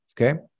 okay